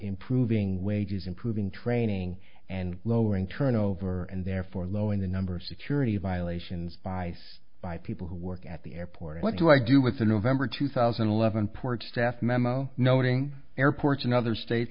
improving wages improving training and lowering turnover and therefore low in the number of security violations buys by people who work at the airport what do i do with a november two thousand and eleven ports staff memo noting airports and other states